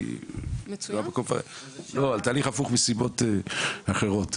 תהליך הפוך מסיבות אחרות,